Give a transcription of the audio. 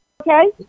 Okay